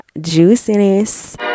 juiciness